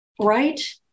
right